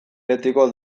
betiko